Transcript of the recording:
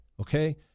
Okay